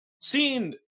seeing